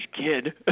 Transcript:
kid